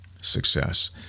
success